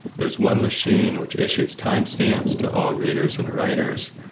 there's one machine, which issues timestamp to all readers and writers.